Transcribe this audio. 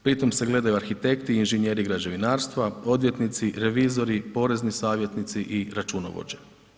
Pritom se gledaju arhitekti, inženjeri građevinarstva, odvjetnici, revizori, porezni savjetnici i računovođe.